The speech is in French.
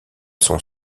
son